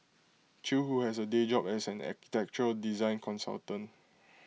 chew who has A day job as an architectural design consultant